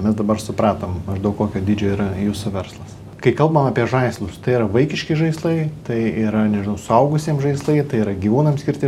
mes dabar supratom maždaug kokio dydžio yra jūsų verslas kai kalbam apie žaislus tai yra vaikiški žaislai tai yra nežinau suaugusiem žaislai tai yra gyvūnam skirti